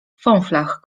fąflach